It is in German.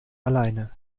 alleine